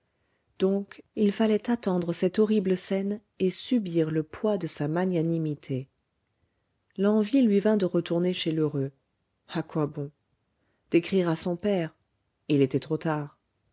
donc il fallait attendre cette horrible scène et subir le poids de sa magnanimité l'envie lui vint de retourner chez lheureux à quoi bon d'écrire à son père il était trop tard